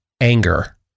anger